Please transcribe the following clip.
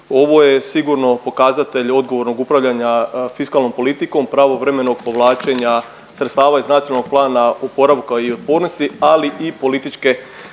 Ovo je sigurno pokazatelj odgovornog upravljanja fiskalnom politikom, pravovremenog povlačenja sredstava iz Nacionalnog plana oporavka i otpornosti, ali i političke